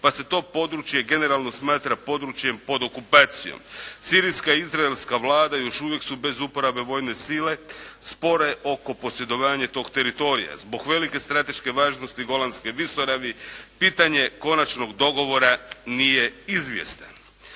pa se to područje generalno smatra područjem pod okupacijom. Sirijska i izraelska vlada još uvijek su bez uporabe vojne sile, spore oko posjedovanja tog teritorija. Zbog velike strateške važnosti Golanske visoravni pitanje konačnog dogovora nije izvjestan.